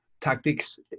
tactics